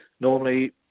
normally